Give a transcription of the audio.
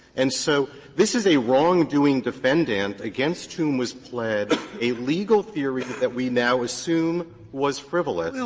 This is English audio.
and so this is a wrongdoing defendant against whom was pled a legal theory that we now assume was frivolous.